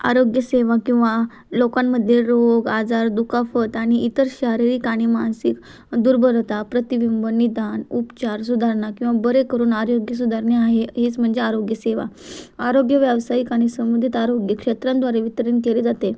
आरोग्य सेवा किंवा लोकांमध्ये रोग आजार दुखापत आणि इतर शारीरिक आणि मानसिक दुर्बलता प्रतिबिंब निदान उपचार सुधारणा किंवा बरे करून आरोग्य सुधारणे आहे हेच म्हणजे आरोग्य सेवा आरोग्य व्यावसायिक आणि संबंधित आरोग्य क्षेत्रांद्वारे वितरण केले जाते